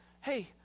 hey